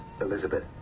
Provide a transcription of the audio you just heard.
Elizabeth